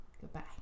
Goodbye